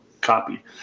copy